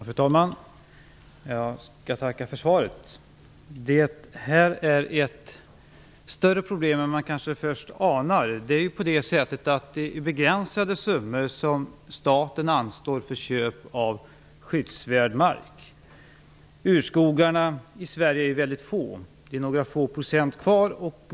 Fru talman! Jag tackar för svaret. Detta är ett större problem än man kanske först anar. Det är begränsade summor som staten anslår för köp av skyddsvärd mark. Urskogarna i Sverige är mycket få. Det finns några få procent kvar.